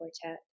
quartet